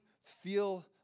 feel